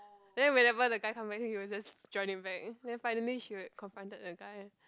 then whenever the guy come back then he will just join it back then finally she would confronted the guy